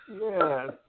Yes